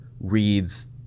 reads